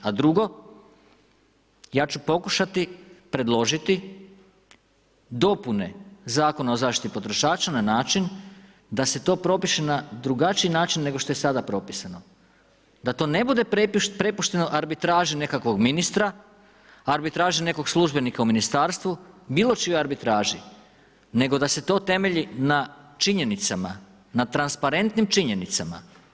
A drugo, ja ću pokušati predložiti dopune Zakona o zaštiti potrošača na način da se to propise na drugačiji način nego što je sada propisano, da to ne bude prepušteno arbitraži nekakvog ministra, arbitraži nekog službenika u ministarstvu, bilo čijoj arbitraži nego da se to temelji na činjenicama, na transparentnim činjenicama.